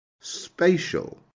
spatial